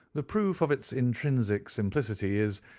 the proof of its intrinsic simplicity is,